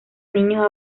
niños